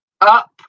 up